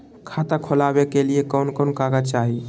खाता खोलाबे के लिए कौन कौन कागज चाही?